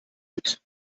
mit